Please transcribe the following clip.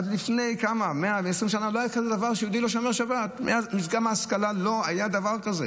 שנקודת ההנחה היא שלא עובדים בשבת.